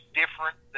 different